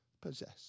possess